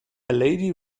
lady